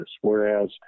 whereas